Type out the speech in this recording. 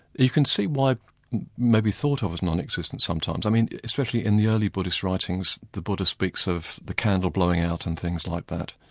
you can see why maybe thought of as non-existent sometimes, i mean, especially in the early buddhist writings, the buddha speaks of the candle blowing out and things like that.